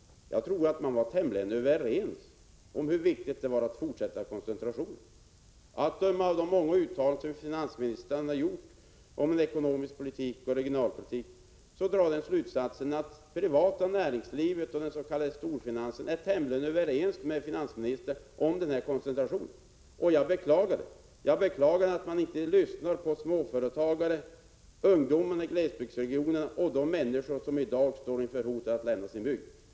Jag tror att man var tämligen överens om vikten av att fortsätta koncentrationen. Att döma av de många uttalanden som finansministern har gjort om den ekonomiska politiken och regionalpolitiken är nämligen det privata näringslivet och den s.k. storfinansen tämligen överens med finansministern på den punkten. Jag beklagar att man inte lyssnar på småföretagare, ungdomar i glesbygdsregioner och de människor som i dag står inför hotet att lämna sin bygd.